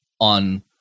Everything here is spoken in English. on